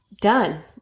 done